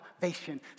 salvation